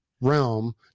realm